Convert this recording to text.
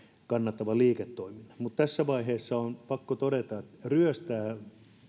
kannattavan liiketoiminnan mutta tässä vaiheessa on pakko todeta ryöstää